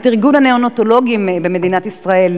את איגוד הנאונטולוגים במדינת ישראל,